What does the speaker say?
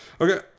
Okay